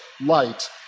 light